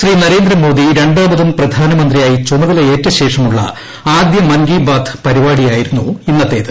ശ്രീ നരേന്ദ്രമോദി രണ്ടാമതും പ്രധാനമന്ത്രിയായി ചുമതലയേറ്റശേഷമുള്ള ആദ്യ മൻകി ബാത് പരിപാടിയിരുന്നു ഇന്നത്തേത്